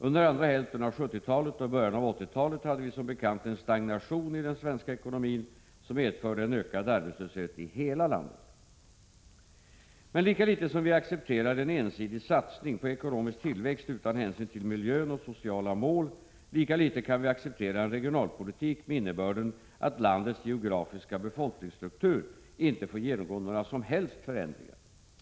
Under andra hälften av 1970-talet och början av 1980-talet hade vi som bekant en stagnation i den svenska ekonomin som medförde en ökad arbetslöshet i hela landet. Men lika litet som vi accepterar en ensidig satsning på ekonomisk tillväxt utan hänsyn till miljön och sociala mål, lika litet kan vi acceptera en regionalpolitik med innebörden att landets geografiska befolkningsstruktur inte får genomgå några som helst förändringar.